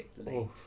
late